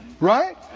Right